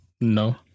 no